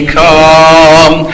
come